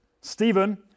Stephen